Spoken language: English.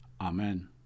Amen